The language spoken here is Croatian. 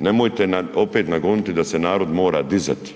Nemojte opet nagoniti da se narod mora dizati.